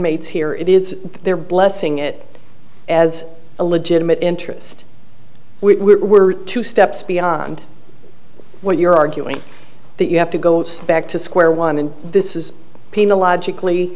inmates here it is their blessing it as a legitimate interest we were two steps beyond where you're arguing that you have to go back to square one and this is the logically